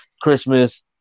Christmas